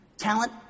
Talent